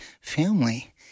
family